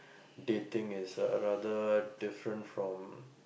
dating is uh rather different from